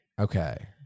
Okay